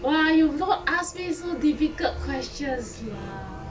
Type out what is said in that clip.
!wah! you not ask me so difficult questions lah